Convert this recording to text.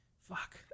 Fuck